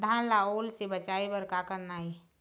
धान ला ओल से बचाए बर का करना ये?